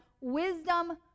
wisdom